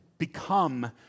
become